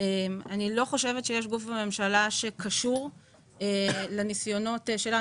אני לא חושבת שיש גוף בממשלה שקשור לניסיונות שלנו.